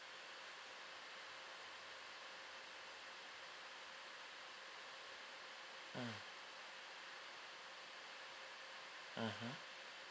mm mmhmm